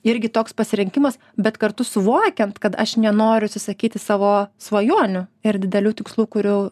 irgi toks pasirinkimas bet kartu suvokiant kad aš nenoriu atsisakyti savo svajonių ir didelių tikslų kurių